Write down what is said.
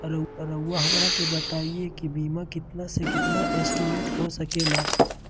रहुआ हमरा के बताइए के बीमा कितना से कितना एस्टीमेट में हो सके ला?